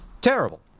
terrible